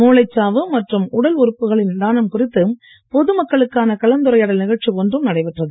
மூளைச் சாவு மற்றும் உடல் பாராட்டு உறுப்புகளின் தானம் குறித்து பொது மக்களுக்கான கலந்துரையாடல் நிகழ்ச்சி ஒன்றும் நடைபெற்றது